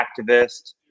activist